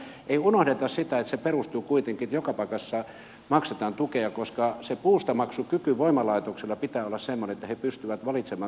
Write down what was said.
mutta ei unohdeta sitä että se perustuu kuitenkin siihen että joka paikassa maksetaan tukea koska sen puustamaksukyvyn voimalaitoksella pitää olla semmoinen että he pystyvät valitsemaan turpeen ja puun